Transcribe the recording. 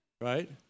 Right